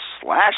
slash